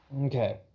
Okay